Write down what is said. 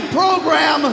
program